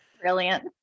Brilliant